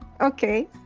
Okay